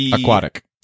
aquatic